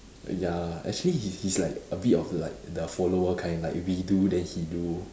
ya lah actually he's he's like a bit of like the follower kind like we do then he do